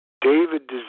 David